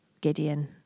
Gideon